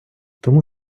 тому